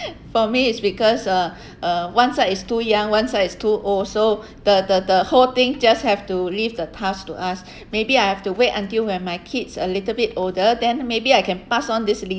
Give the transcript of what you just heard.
for me it's because uh uh one side is too young one side is too old so the the the whole thing just have to leave the task to us maybe I have to wait until when my kids a little bit older than maybe I can pass on this